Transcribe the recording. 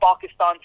Pakistan